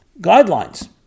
guidelines